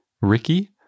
Ricky